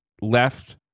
Left